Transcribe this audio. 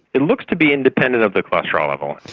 it looks to be independent of the cholesterol level.